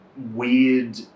weird